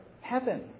heaven